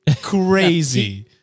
Crazy